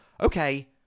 Okay